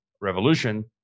revolution